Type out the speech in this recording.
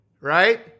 right